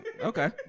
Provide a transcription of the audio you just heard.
Okay